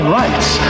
rights